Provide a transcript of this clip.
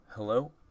Hello